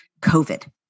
COVID